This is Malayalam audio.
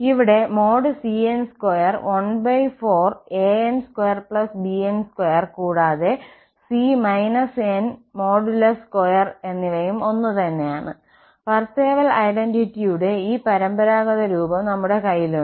ഇവിടെ |cn|2 14 an2 bn2 കൂടാതെ |c n|2എന്നിവയും ഒന്നുതന്നെയാണ് പാർസെവൽ ഐഡന്റിറ്റിയുടെ ഈ പരമ്പരാഗത രൂപം നമ്മുടെ കൈയിലുണ്ട്